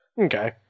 Okay